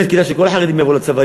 אולי באמת כדאי שכל החרדים יבואו לצבא,